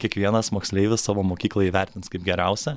kiekvienas moksleivis savo mokyklą įvertins kaip geriausią